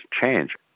change